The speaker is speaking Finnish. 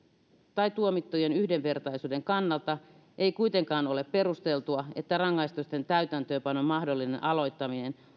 tai tuomittujen yhdenvertaisuuden kannalta ei kuitenkaan ole perusteltua että rangaistusten täytäntöönpanon mahdollinen aloittaminen